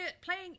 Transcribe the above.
Playing